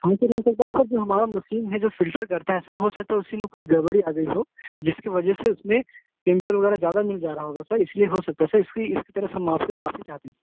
हाँ सर हो सकता कि हमारा मसीन है जो फिल्टर करता है सर हो सकता है उसी में कुछ गड़बड़ी आ गई हो जिसके वजह से उसमें केमिकल वगैरह ज़्यादा मिल जा रहा होगा सर इसलिए हो सकता है सर इसकी इसकी तरफ़ से माफ़ी माफ़ी चाहते हैं